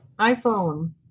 iPhone